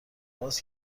آغاز